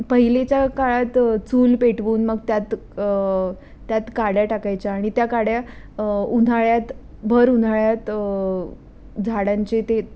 पहिलेच्या काळात चूल पेटवून मग त्यात त्यात काड्या टाकायच्या आणि त्या काड्या उन्हाळ्यात भर उन्हाळ्यात झाडांचे ते